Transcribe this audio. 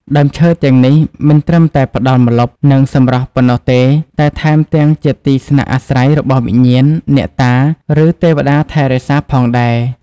ដើមឈើទាំងនេះមិនត្រឹមតែផ្តល់ម្លប់ និងសម្រស់ប៉ុណ្ណោះទេ តែថែមទាំងជាទីស្នាក់អាស្រ័យរបស់វិញ្ញាណ អ្នកតា ឬទេវតាថែរក្សាផងដែរ។